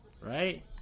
Right